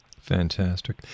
Fantastic